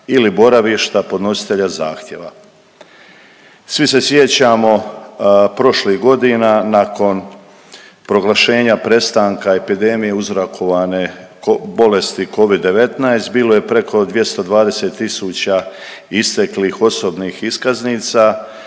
ili boravišta podnositelja zahtjeva. Svi se sjećamo prošlih godina nakon proglašenja prestanka epidemije uzrokovanje bolesti covid-19 bilo je preko 220 tisuća isteklih osobnih iskaznica,